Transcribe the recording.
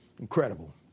Incredible